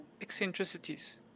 eccentricities